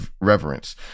reverence